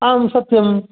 आम् सत्यम्